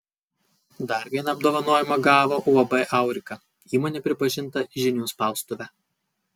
dar dar vieną apdovanojimą gavo uab aurika įmonė pripažinta žinių spaustuve